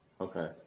okay